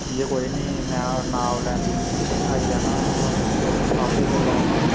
ठीक ऐ कोई निं में औना नाप लैने गी में आई जाना तुस सनाई ओड़ेओ जेल्लै औना होग